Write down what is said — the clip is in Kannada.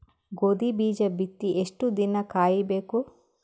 ಗೋಧಿ ಬೀಜ ಬಿತ್ತಿ ಎಷ್ಟು ದಿನ ಕಾಯಿಬೇಕು?